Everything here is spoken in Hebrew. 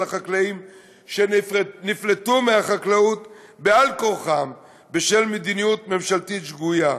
של החקלאים שנפלטו מהחקלאות על-כורחם בשל מדיניות ממשלתית שגויה.